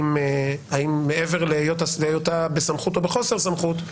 ומעבר להיותה בסמכות או בחוסר סמכות,